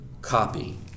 copy